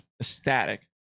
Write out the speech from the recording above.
ecstatic